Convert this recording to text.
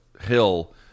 Hill